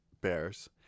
Bears